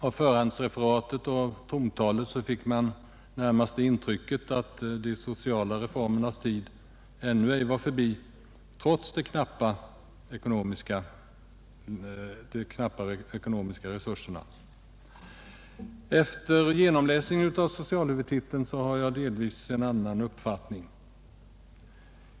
Av förhandsreferatet av trontalet fick man närmast intrycket att de sociala reformernas tid trots de knappa ekonomiska resurserna ännu inte är förbi. Efter genomläsning av socialhuvudtiteln har jag fått en delvis annan uppfattning.